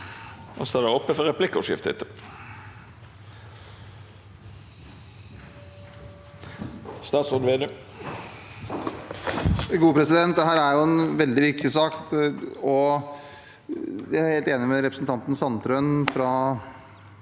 Dette er en veldig viktig sak. Jeg er helt enig med representanten Sandtrøen fra